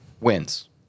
wins